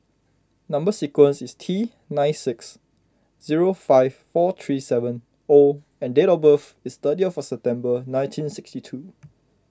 Number Sequence is T nine six zero five four three seven O and date of birth is thirty of September nineteen sixty two